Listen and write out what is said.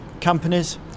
companies